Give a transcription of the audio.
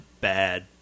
bad